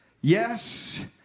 yes